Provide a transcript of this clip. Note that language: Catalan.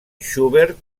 schubert